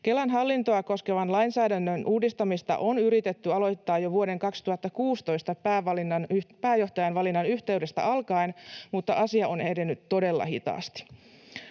Kelan hallintoa koskevan lainsäädännön uudistamista on yritetty aloittaa jo vuoden 2016 pääjohtajan valinnan yhteydestä alkaen, mutta asia on edennyt todella hitaasti.